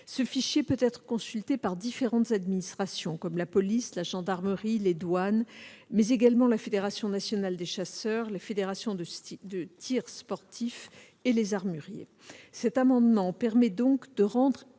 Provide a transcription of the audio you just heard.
Ce fichier peut être consulté par différentes administrations comme la police, la gendarmerie, les douanes, mais également par la Fédération nationale des chasseurs, les fédérations de tir sportif et les armuriers. Cet amendement permet donc de rendre